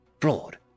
fraud